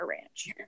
ranch